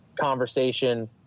conversation